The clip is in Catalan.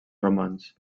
romans